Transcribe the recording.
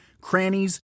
crannies